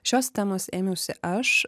šios temos ėmiausi aš